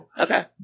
okay